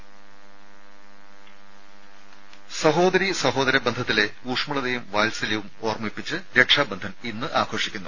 രമേ സഹോദരീ സഹോദര ബന്ധത്തിലെ ഊഷ്മളതയും വാത്സല്യവും ഓർമ്മിപ്പിച്ച് രക്ഷാബന്ധൻ ഇന്ന് ആഘോഷിക്കുന്നു